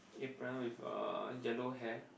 apron with uh yellow hair